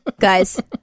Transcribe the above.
Guys